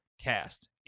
cast